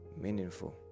meaningful